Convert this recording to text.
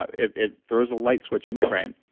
ah it it throws a light switch in your brain.